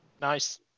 Nice